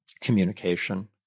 communication